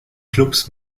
klubs